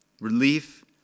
relief